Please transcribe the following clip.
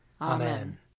Amen